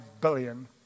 billion